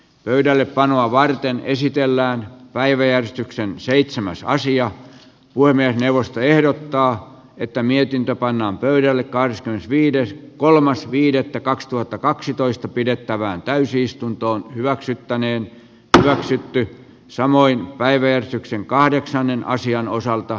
pöydällepanoa varten esitellään päiväjärjestykseen seitsemän salaisia voimia neuvosto ehdottaa että mietintö pannaan pöydälle kahdeskymmenesviides kolmas viidettä kaksituhattakaksitoista pidettävään täysistunto hyväksyttäneen tositteet samoin päivetyksen kahdeksannen asian osalta